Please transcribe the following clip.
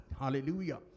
Hallelujah